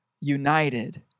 united